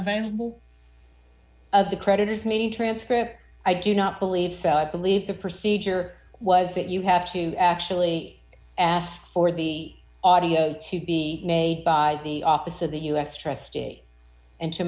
available of the creditors meeting transcript i do not believe so i believe the procedure was that you have to actually ask for the audio to be made by the office of the u